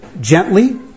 gently